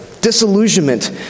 disillusionment